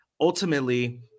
ultimately